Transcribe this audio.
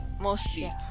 mostly